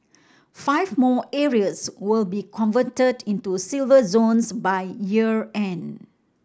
five more areas will be converted into Silver Zones by year end